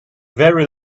very